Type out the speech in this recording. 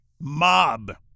mob